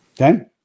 okay